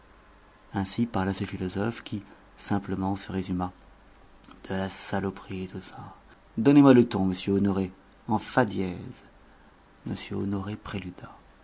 ainsi parla ce philosophe qui simplement se résuma de la saloperie tout ça donnez-moi le ton monsieur honoré en fa dièse m honoré préluda